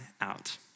Out